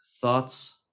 Thoughts